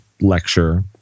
lecture